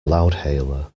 loudhailer